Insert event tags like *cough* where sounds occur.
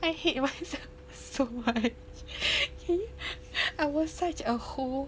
I hate myself so much *laughs* I was such a hoe